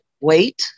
wait